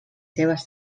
seves